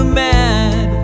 mad